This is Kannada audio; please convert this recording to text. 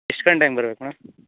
ಎಷ್ಟು ಗಂಟೆ ಹಂಗ್ ಬರ್ಬೇಕು ಮೇಡಮ್